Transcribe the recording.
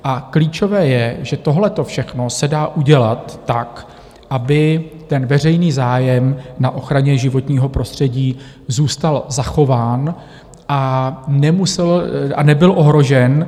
A klíčové je, že tohleto všechno se dá udělat tak, aby veřejný zájem na ochraně životního prostředí zůstal zachován a nebyl ohrožen.